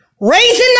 raising